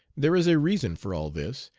there is a reason for all this,